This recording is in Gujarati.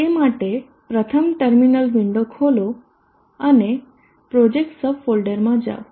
તે માટે પ્રથમ ટર્મિનલ વિંડો ખોલો અને પ્રોજેક્ટ સબ ફોલ્ડરમાં જાવ